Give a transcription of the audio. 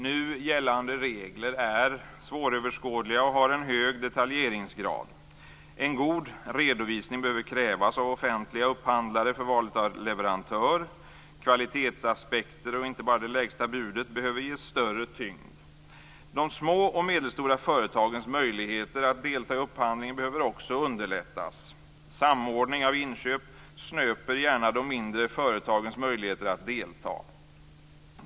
Nu gällande regler är svåröverskådliga och har en hög detaljeringsgrad. En god redovisning behöver krävas av offentliga upphandlare för valet av leverantör. Kvalitetsaspekter och inte bara det lägsta budet behöver ges större tyngd. De små och medelstora företagens möjligheter att delta i upphandlingen behöver också underlättas. En samordning av inköp snöper gärna de mindre företagens möjligheter att delta.